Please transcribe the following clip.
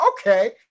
okay